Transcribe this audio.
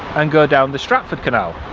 and go down the stratford canal,